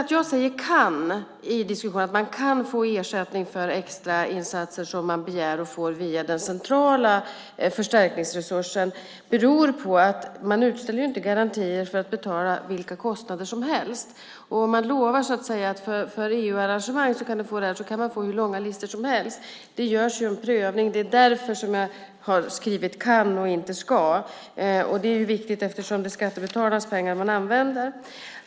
Att jag säger att polisen kan få ersättning för extrainsatser via den centrala förstärkningsresursen beror på att man inte ställer ut garantier för att betala vilka kostnader som helst. Om man lovar att betala för EU-arrangemang kan man få hur långa listor som helst. Det görs en prövning, och det är därför som jag har skrivit "kan" och inte "ska". Det är viktigt eftersom det är skattebetalarnas pengar man använder.